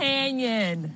Canyon